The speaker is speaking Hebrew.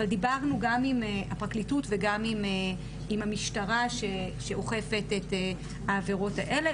אבל דיברנו גם עם הפרקליטות וגם עם המשטרה שאוכפת את העבירות האלה,